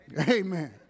Amen